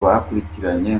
bakurikiranye